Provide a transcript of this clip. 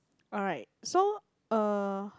alright so uh